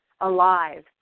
alive